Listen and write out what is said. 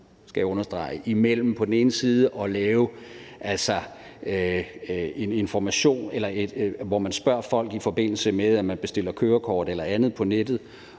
mellem på den ene side at lave information og spørge folk, i forbindelse med at man bestiller kørekort eller andet på nettet,